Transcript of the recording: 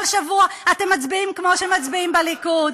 כל שבוע אתם מצביעים כמו שמצביעים בליכוד,